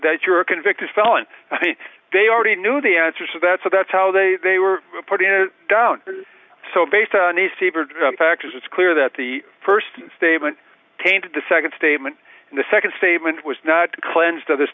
that you're a convicted felon they already knew the answer to that so that's how they they were putting it down so based on these factors it's clear that the first statement tainted the second statement and the second statement was not cleansed of th